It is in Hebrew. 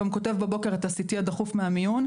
גם כותב בבוקר את ה-CT הדחוף מהמיון.